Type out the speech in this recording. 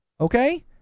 okay